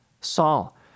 Saul